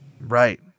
Right